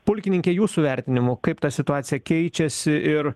pulkininke jūsų vertinimu kaip ta situacija keičiasi ir